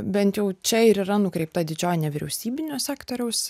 bent jau čia ir yra nukreipta didžioji nevyriausybinio sektoriaus